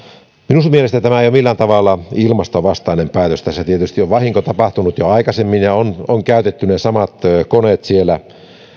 minun mielestäni tämä ei ole millään tavalla ilmastovastainen päätös tässä tietysti on vahinko tapahtunut jo aikaisemmin ja on käytetty ne samat koneet siellä